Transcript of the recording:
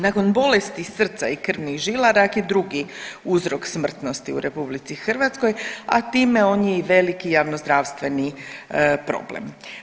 Nakon bolesti srca i krvnih žila rak je drugi uzrok smrtnosti u RH, a time on je i veliki javnozdravstveni problem.